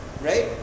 right